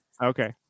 Okay